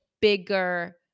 bigger